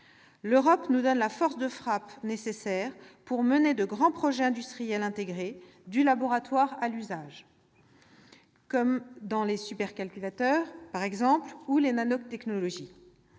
L'Europe nous donne la force de frappe nécessaire pour mener de grands projets industriels intégrés, du laboratoire à l'usage : dans les supercalculateurs, par exemple, ou les nanotechnologies.